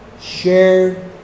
shared